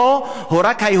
לא מכירים בו.